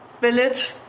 village